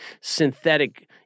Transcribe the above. synthetic